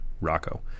Rocco